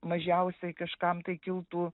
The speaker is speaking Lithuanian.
mažiausiai kažkam tai kiltų